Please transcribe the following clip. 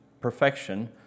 perfection